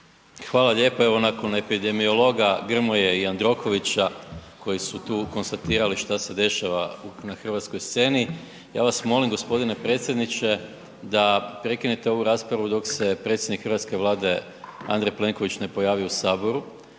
Hvala lijepo. Evo, nakon epidemiologa Grmoje i Jandrokovića koji su tu konstatirali što se dešava na hrvatskoj sceni, ja vas molim, g. predsjedniče da prekinete ovu raspravu dok se predsjednik hrvatske Vlade Andrej Plenković ne pojavi u Saboru